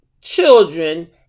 children